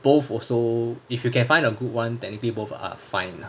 both also if you can find a good [one] then technically both are fine lah